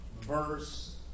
verse